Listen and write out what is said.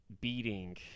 beating